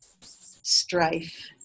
strife